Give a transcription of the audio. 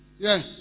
Yes